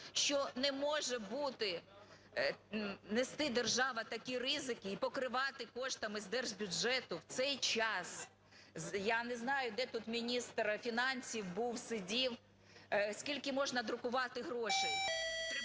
що не може бути, нести держава такі ризики і покривати коштами з держбюджету в цей час. Я не знаю, де тут міністр фінансів, був, сидів. Скільки можна друкувати грошей?